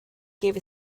gave